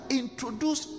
introduce